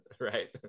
Right